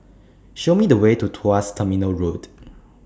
Show Me The Way to Tuas Terminal Road